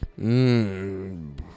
Mmm